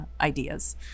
ideas